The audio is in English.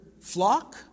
flock